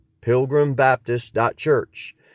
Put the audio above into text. pilgrimbaptist.church